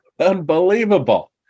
Unbelievable